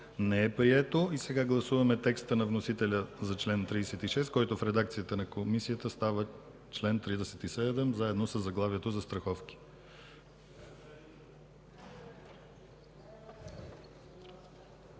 не е прието. Гласуваме текста на вносителя за чл. 36, който в редакцията на Комисията става чл. 37, заедно със заглавието „Застраховки”.